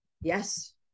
Yes